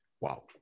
Wow